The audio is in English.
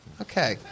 Okay